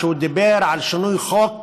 שדיבר על שינוי חוק